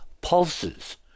pulses